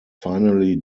finally